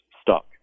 stock